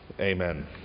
Amen